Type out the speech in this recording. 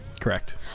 Correct